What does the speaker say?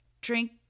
drink